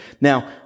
Now